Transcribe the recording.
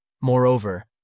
Moreover